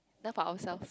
enough of ourselves